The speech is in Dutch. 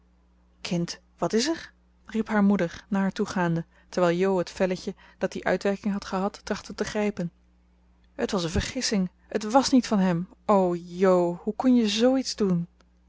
kind wat is er riep haar moeder naar haar toegaande terwijl jo het velletje dat die uitwerking had gehad trachtte te grijpen het was een vergissing het wàs niet van hem o jo hoe kon je zooiets doen